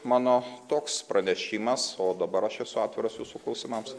mano toks pranešimas o dabar aš esu atviras jūsų klausimams